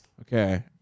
Okay